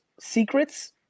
secrets